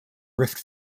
rift